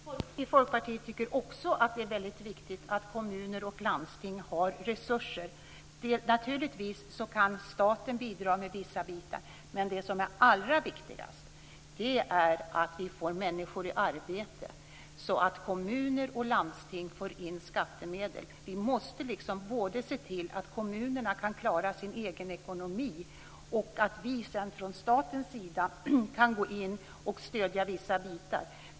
Fru talman! Vi i Folkpartiet tycker också att det är viktigt att kommuner och landsting har resurser. Naturligtvis kan staten bidra med vissa bitar. Men det som är allra viktigast är att vi får människor i arbete så att kommuner och landsting får in skattemedel. Vi måste både se till att kommunerna kan klara sin egen ekonomi och att vi sedan från statens sida kan gå in och stödja vissa bitar.